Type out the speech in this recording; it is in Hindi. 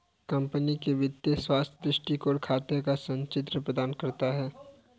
कंपनी के वित्तीय स्वास्थ्य का दृष्टिकोण खातों का संचित्र प्रदान करता है